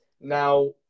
Now